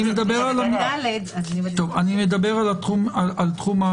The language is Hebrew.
אני מדבר על תחום המיסים.